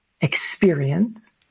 experience